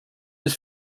his